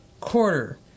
quarter